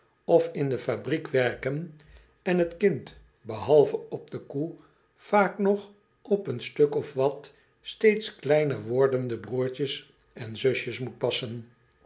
of in de fabriek werken en het kind behalve op de koe vaak nog op een stuk of wat steeds kleiner wordende broertjes en zusjes moet passen